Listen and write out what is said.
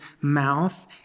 mouth